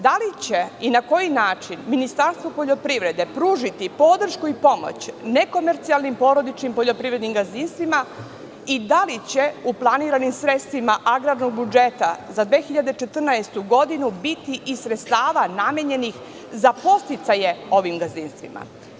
Da li će i na koji način Ministarstvo poljoprivrede pružiti podršku i pomoć nekomercijalnim porodičnim poljoprivrednim gazdinstvima i da li će u planiranim sredstvima agrarnog budžeta za 2014. godinu biti i sredstava namenjenih za podsticaje ovim gazdinstvima?